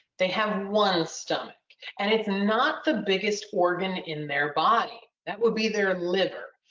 they have one stomach and it's not the biggest organ in their body that will be their liver.